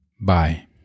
Bye